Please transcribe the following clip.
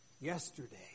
yesterday